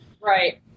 Right